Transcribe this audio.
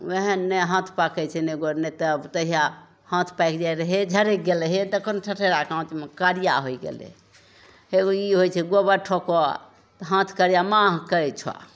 वहएने हाथ पाकै छै ने गोर ने तब तहिया हाँथ पाकि जाइ रहै हे झरैक गेलै हे देखऽ ने ठठेरा काँचमे करिया होइ गेलै एगो ई होइ छै गोबर ठोकऽ तऽ हाँथ करिया महकै छो